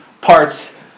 parts